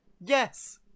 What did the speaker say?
yes